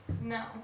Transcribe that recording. No